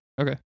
Okay